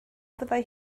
fyddai